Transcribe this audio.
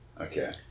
Okay